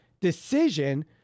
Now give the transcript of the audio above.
decision